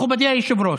מכובדי היושב-ראש.